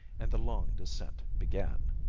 and the long descent began.